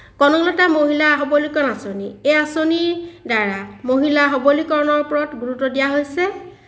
কনকলতা মহিলা সবলীকৰণ আঁচনি এই আঁচনিৰ দ্বাৰা মহিলা সবলীকৰণৰ ওপৰত গুৰুত্ব দিয়া হৈছে